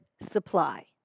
supply